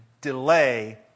delay